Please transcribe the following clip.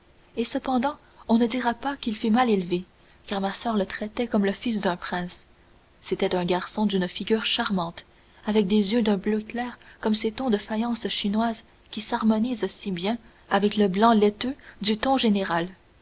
et cependant on ne dira pas qu'il fut mal élevé car ma soeur le traitait comme le fils d'un prince c'était un garçon d'une figure charmante avec des yeux d'un bleu clair comme ces tons de faïences chinoises qui s'harmonisent si bien avec le blanc laiteux du ton général